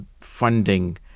funding